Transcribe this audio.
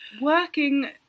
working